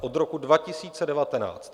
Od roku 2019!